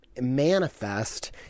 manifest